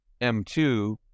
M2